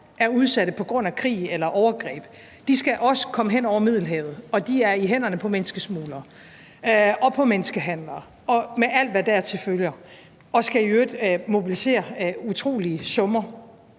er udsatte på grund af krig eller overgreb, også skal hen over Middelhavet, og de er i hænderne på menneskesmuglere og på menneskehandlere med alt, hvad deraf følger, og de skal i øvrigt mobilisere utrolige summer.